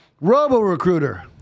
robo-recruiter